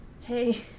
Hey